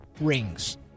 rings